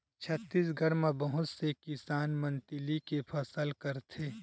छत्तीसगढ़ म बहुत से किसान मन तिली के फसल करथे